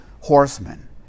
horsemen